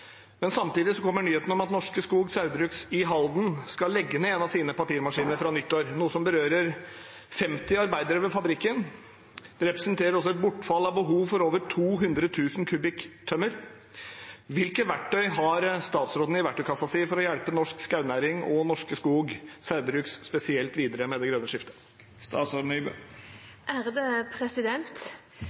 Samtidig skal Norske Skog Saugbrugs i Halden legge ned en av sine papirmaskiner fra nyttår, noe som berører 50 arbeidere ved fabrikken. Det representerer også et bortfall av behov for over 200 000 kubikk tømmer. Hvilke verktøy har statsråden i verktøykassa si for å hjelpe norsk skognæring og Norske Skog Saugbrugs spesielt videre med det grønne skiftet?»